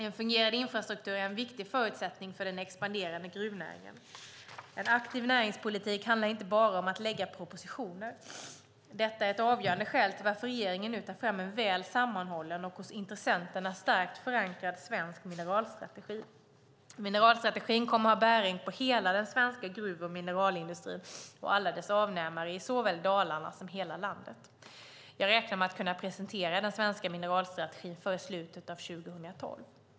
En fungerande infrastruktur är en viktig förutsättning för den expanderande gruvnäringen. En aktiv näringspolitik handlar inte bara om att lägga fram propositioner. Detta är ett avgörande skäl till att regeringen nu tar fram en väl sammanhållen och hos intressenterna starkt förankrad svensk mineralstrategi. Mineralstrategin kommer att ha bäring på hela den svenska gruv och mineralindustrin och alla dess avnämare i såväl Dalarna som hela landet. Jag räknar med att kunna presentera den svenska mineralstrategin före slutet av 2012.